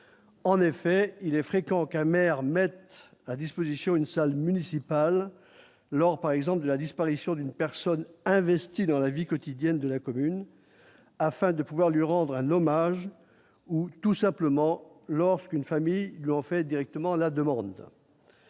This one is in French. en effet, il est fréquent qu'un maire mettent à disposition une salle municipale lors par exemple de la disparition d'une personne investie dans la vie quotidienne de la commune afin de pouvoir lui rendre un hommage ou tout simplement lorsqu'une famille en fait directement la demande.